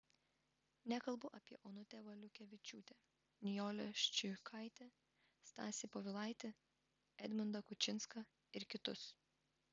nekalbu apie onutę valiukevičiūtę nijolę ščiukaitę stasį povilaitį edmundą kučinską ir kitus